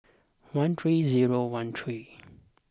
one three zero one three